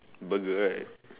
burger right